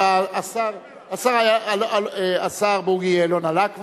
השר בוגי יעלון עלה כבר.